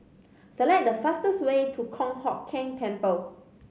select the fastest way to Kong Hock Keng Temple